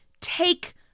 take